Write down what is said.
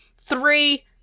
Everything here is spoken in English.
Three